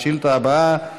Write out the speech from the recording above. השאילתה הבאה,